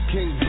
King